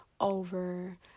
over